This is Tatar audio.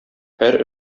һәр